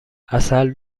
عسل